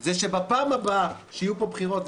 זה שבפעם הבאה שיהיו פה בחירות,